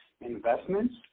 investments